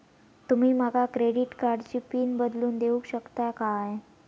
तुमी माका क्रेडिट कार्डची पिन बदलून देऊक शकता काय?